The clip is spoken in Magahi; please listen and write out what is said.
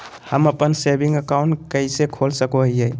हम अप्पन सेविंग अकाउंट कइसे खोल सको हियै?